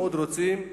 מאוד רוצים,